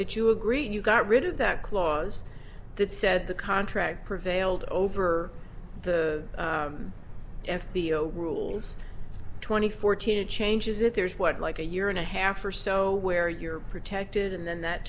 that you agree you got rid of that clause that said the contract prevailed over the f b o rules twenty fourteen it changes it there's what like a year and a half or so where you're protected and then that